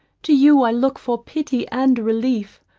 to you i look for pity and relief.